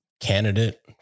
candidate